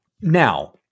Now